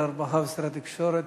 שר הרווחה ושר התקשורת,